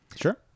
sure